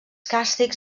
càstigs